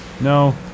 No